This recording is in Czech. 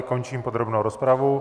Končím podrobnou rozpravu.